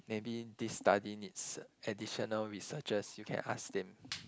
maybe this study needs additional researchers you can ask them